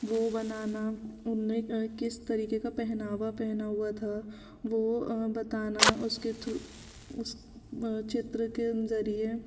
वो बनाना वो किस तरीके का पहनावा पहना हुआ था वो बताना उसके थ्रु उस चित्र के जरिए